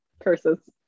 Curses